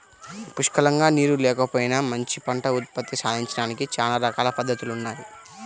పుష్కలంగా నీరు లేకపోయినా మంచి పంట ఉత్పత్తి సాధించడానికి చానా రకాల పద్దతులున్నయ్